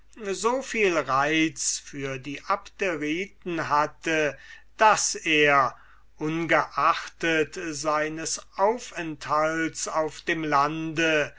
so viel reiz für die abderiten hatte daß er ungeachtet seines aufenthalts auf dem lande